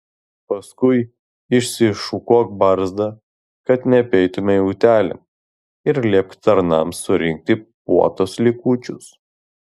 paskui išsišukuok barzdą kad neapeitumei utėlėm ir liepk tarnams surinkti puotos likučius